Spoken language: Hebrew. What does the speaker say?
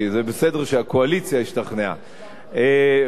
הפיליבסטר נגמר